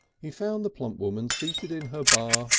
he found the plump woman seated in her bar,